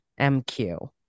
MQ